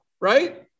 right